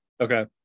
Okay